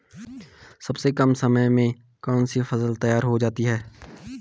सबसे कम समय में कौन सी फसल तैयार हो जाती है?